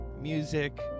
music